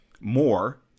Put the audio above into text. more